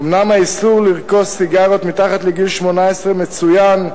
אומנם האיסור לרכוש סיגריות מתחת לגיל 18 מצוין,